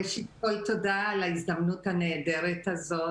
ראשית כל, תודה על ההזדמנות הנהדרת הזאת.